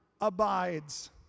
abides